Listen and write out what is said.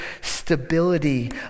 stability